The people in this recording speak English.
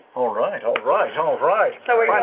all right, all right, all right! so